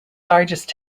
largest